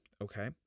okay